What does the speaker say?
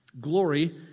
Glory